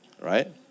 Right